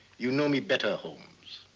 you know me better, holmes.